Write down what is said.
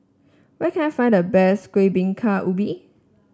where can I find the best Kueh Bingka Ubi